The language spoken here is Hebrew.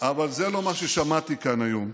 אבל זה לא מה ששמעתי כאן היום.